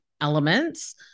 elements